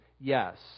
yes